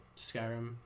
skyrim